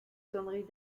sonneries